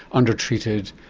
under-treated,